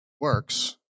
works